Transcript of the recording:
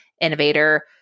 innovator